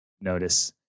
notice